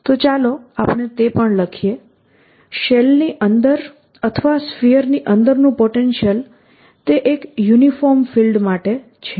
તો ચાલો તે પણ લખીએ શેલની અંદર અથવા સ્ફીયરની અંદરનું પોટેન્શિયલ તે એક યુનિફોર્મ ફીલ્ડ માટે છે